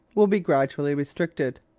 will be gradually restricted.